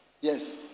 Yes